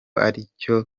aricyo